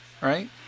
right